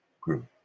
group